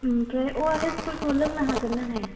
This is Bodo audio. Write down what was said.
ओमफ्राय अ आर एसफोरखौ लोंनो हागोन ना हाया